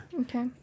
Okay